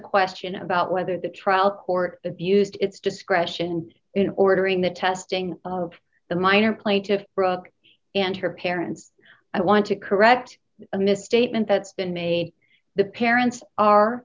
a question about whether the trial court abused its discretion in ordering the testing the minor plaintiffs brooke and her parents i want to correct a misstatement that's been made the parents are